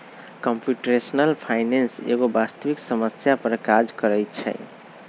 computational finance एगो वास्तविक समस्या पर काज करइ छै